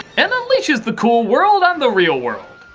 and unleashed the cool world on the real world.